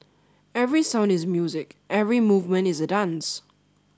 every sound is music every movement is a dance